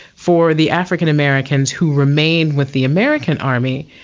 for the african americans who remained with the american army,